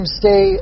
stay